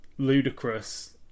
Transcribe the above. ludicrous